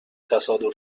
تصادف